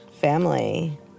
family